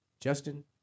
Justin